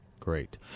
Great